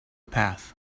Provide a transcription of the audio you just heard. path